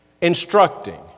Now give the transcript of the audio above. instructing